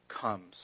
comes